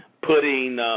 putting